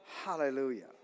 Hallelujah